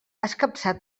escapçar